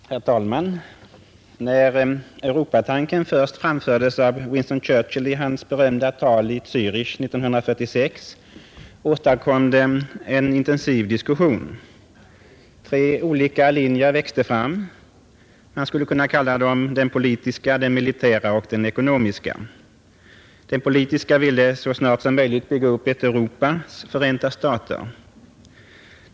Herr talman! När Europatanken först framfördes av Winston Churchill i hans berömda tal i Zurich 1946, åstadkom den en intensiv diskussion. Tre olika linjer växte fram. Man skulle kunna kalla dem den politiska, den militära och den ekonomiska. Den politiska ville så snart som möjligt bygga upp ett Europas förenta stater.